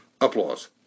Applause